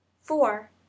Four